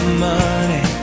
money